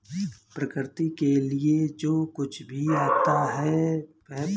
प्रकृति के लिए जो कुछ भी आता है वह प्राकृतिक सामग्री है